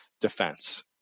defense